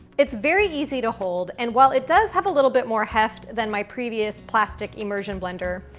it's very easy to hold. and while it does have a little bit more heft than my previous plastic immersion blender,